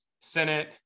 Senate